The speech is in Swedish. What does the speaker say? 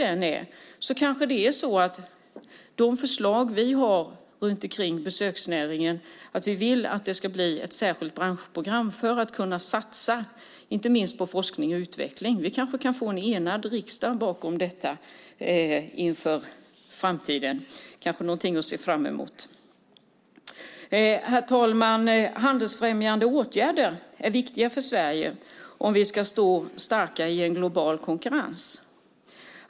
Därför kanske vi kan få en enad riksdag bakom det förslag som vi har om att det ska bli ett särskilt branschprogram för besöksnäringen där vi ska kunna satsa på forskning och utveckling. Det kanske är någonting att se fram emot. Herr talman! Handelsfrämjande åtgärder är viktiga för Sverige om vi ska kunna stå starka i en global konkurrens.